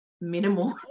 minimal